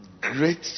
great